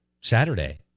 Saturday